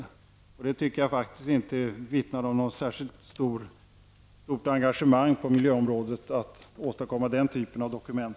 Att åstadkomma den typen av dokument anser jag inte vittnar om något särskilt stort engagemang på miljöområdet.